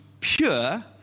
pure